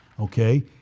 Okay